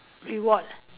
reward